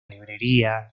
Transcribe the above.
librería